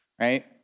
right